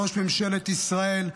ראש ממשלת ישראל,